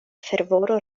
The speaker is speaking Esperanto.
fervoro